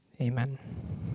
Amen